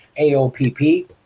AOPP